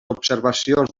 observacions